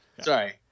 Sorry